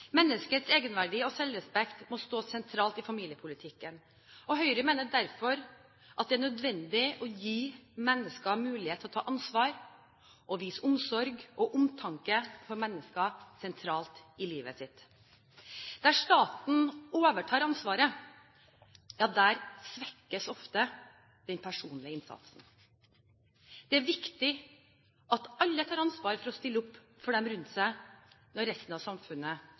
Menneskets egenverdi og selvrespekt må stå sentralt i familiepolitikken. Høyre mener derfor at det er nødvendig å gi mennesker mulighet til å ta ansvar og vise omsorg og omtanke for mennesker sentralt i livet sitt. Der staten overtar ansvaret, svekkes ofte den personlige innsatsen. Det er viktig at alle tar ansvar for å stille opp for dem rundt seg når resten av samfunnet